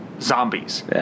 Zombies